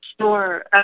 Sure